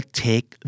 take